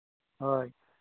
ᱦᱳᱭ